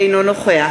אינו נוכח